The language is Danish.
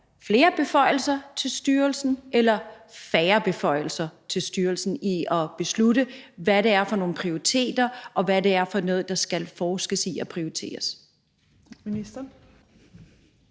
flere beføjelser til styrelsen eller færre beføjelser til styrelsen i forhold til at beslutte prioriteringer, altså hvad det er for noget, der skal forskes i og prioriteres.